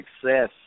success